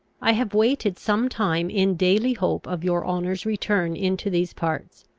i have waited some time in daily hope of your honour's return into these parts.